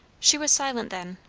she was silent then,